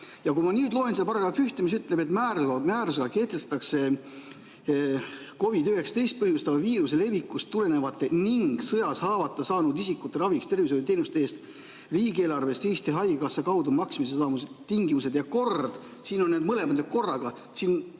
Ma nüüd loen seda § 1, mis ütleb, et määrusega kehtestatakse COVID‑19 põhjustava viiruse levikust tulenevate ning sõjas haavata saanud isikute raviks tervishoiuteenuste eest riigieelarvest Eesti Haigekassa kaudu maksmise tingimused ja kord. Siin on need mõlemad korraga.